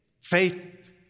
faith